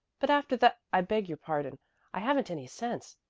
but after tha i beg your pardon i haven't any sense.